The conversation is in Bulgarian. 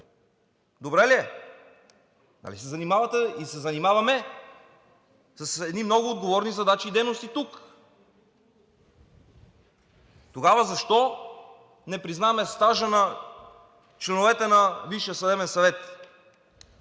добре ли е? Нали се занимавате и се занимаваме с едни много отговорни задачи и дейности тук?! Тогава защо не признаваме стажа на членовете на